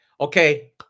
okay